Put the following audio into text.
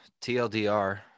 TLDR